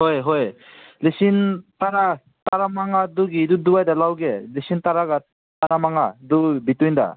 ꯍꯣꯏ ꯍꯣꯏ ꯂꯤꯁꯤꯡ ꯇꯔꯥ ꯇꯔꯥ ꯃꯉꯥꯗꯨꯒꯤ ꯑꯗꯨ ꯑꯗ꯭ꯋꯥꯏꯗ ꯂꯧꯒꯦ ꯂꯤꯁꯤꯡ ꯇꯔꯥꯒ ꯇꯔꯥ ꯃꯉꯥꯗꯨ ꯕꯤꯇ꯭ꯋꯤꯟꯗ